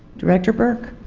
director burke